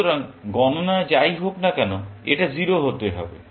সুতরাং গণনায় যাই হোক না কেন এটা 0 হতে হবে